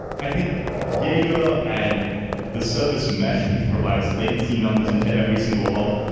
i think jaeger and the service mesh, which provides latency numbers into every single hub,